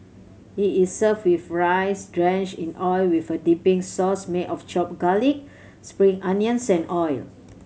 it is served with rice drenched in oil with a dipping sauce made of chopped garlic spring onions and oil